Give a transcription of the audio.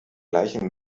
gleichen